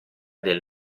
del